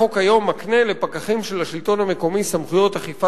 החוק היום מקנה לפקחים של השלטון המקומי סמכויות אכיפה